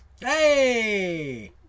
Hey